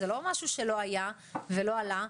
זה לא משהו שלא היה ולא עלה,